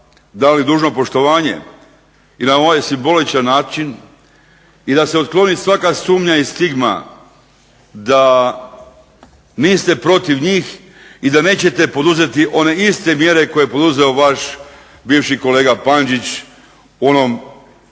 dali dužno poštovanje i na ovaj simboličan način i da se otkloni svaka sumnja i stigma da niste protiv njih i da nećete poduzeti one iste mjere koje je poduzeo vaš bivši kolega Pandžić u onom